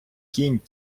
кінь